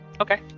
Okay